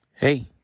Hey